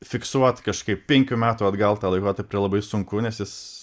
fiksuot kažkaip penkių metų atgal tą laikotarpį labai sunku nes jis